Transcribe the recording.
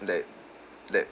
that that